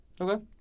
Okay